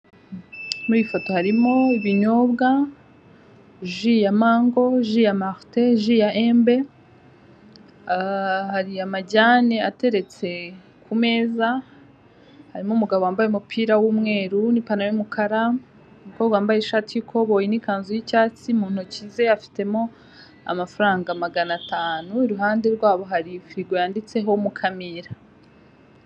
Muri iyi foto harimo ibinyobwa ji ya mango, ji ya marite, ji ya embe aaa hari amajyane ateretse ku meza, hari n'umugabo wambaye umupira w'umweru n'ipantaro y'umukara, umukobwa wambaye ishati y'ikoboyi n'ikanzu y'icyatsi, mu ntoki ze afitemo amafaranga magana atanu, iruhande rwabo hari firigo yanditseho mukamira.